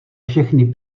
všechny